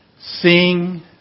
sing